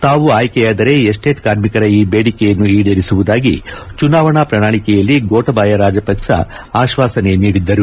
ತಾವು ಆಯ್ಕೆಯಾದರೆ ಎಸ್ಟೇಟ್ ಕಾರ್ಮಿಕರ ಈ ದೇಡಿಕೆಯನ್ನು ಈಡೇರಿಸುವುದಾಗಿ ಚುನಾವಣಾ ಪ್ರಣಾಳಕೆಯಲ್ಲಿ ಗೋಟಬಾಯ ರಾಜಪಕ್ಷ ಆಶ್ವಾಸನೆ ನೀಡಿದ್ದರು